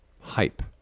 hype